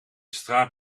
straat